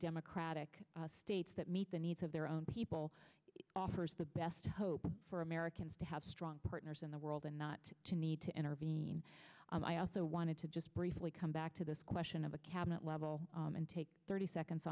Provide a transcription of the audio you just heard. democratic states that meet the needs of their own people offers the best hope for americans to have strong partners in the world and not to need to intervene and i also wanted to just briefly come back to this question of the cabinet level and take thirty seconds